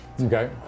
Okay